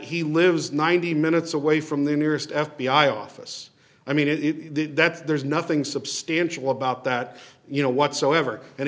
he lives ninety minutes away from the nearest f b i office i mean that's there's nothing substantial about that you know whatsoever and